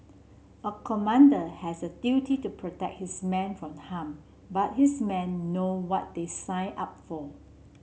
a commander has a duty to protect his men from harm but his men know what they sign up for